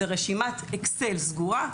זו רשימת אסקל סגורה,